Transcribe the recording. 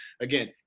Again